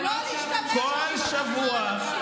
לא להשתמש בביטוי "הפרעה נפשית".